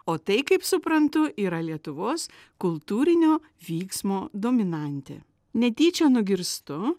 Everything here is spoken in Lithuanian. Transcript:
o tai kaip suprantu yra lietuvos kultūrinio vyksmo dominantė netyčia nugirstu